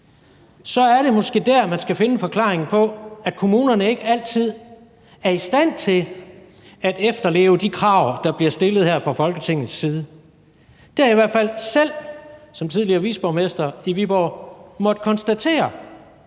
så er det måske dér, man skal finde forklaringen på, at kommunerne ikke altid er i stand til at efterleve de krav, der bliver stillet her fra Folketingets side. Det har jeg i hvert fald selv som tidligere viceborgmester i Viborg måttet konstatere.